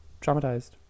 traumatized